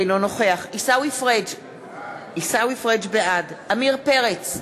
אינו נוכח עיסאווי פריג' בעד עמיר פרץ,